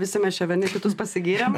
visi mes čia vieni kitus pasigyrėm